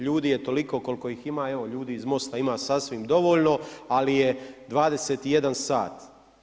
Ljudi je toliko koliko ih ima, evo ljudi iz MOST-a ima sasvim dovoljno, ali je 21 sat.